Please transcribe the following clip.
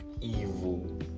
evil